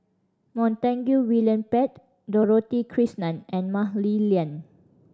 Montague William Pett Dorothy Krishnan and Mah Li Lian